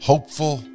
Hopeful